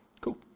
Cool